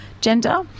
gender